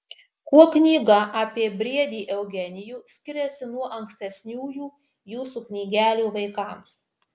kuo knyga apie briedį eugenijų skiriasi nuo ankstesnių jūsų knygelių vaikams